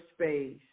space